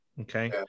Okay